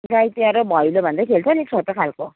गाई तिहार हो भैलो भन्दै खेल्छ नि छोटो खालको